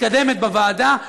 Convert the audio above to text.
מתקדמת בוועדה.